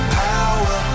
power